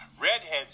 Redheads